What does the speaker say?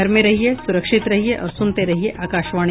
घर में रहिये सुरक्षित रहिये और सुनते रहिये आकाशवाणी